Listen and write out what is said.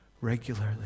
regularly